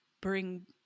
bring